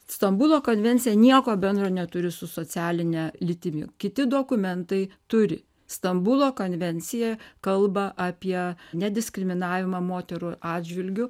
stambulo konvencija nieko bendro neturi su socialine lytimi kiti dokumentai turi stambulo konvencija kalba apie nediskriminavimą moterų atžvilgiu